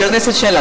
חבר הכנסת שלח,